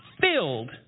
filled